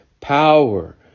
power